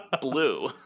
blue